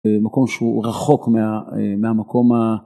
מקום שהוא רחוק מהמקום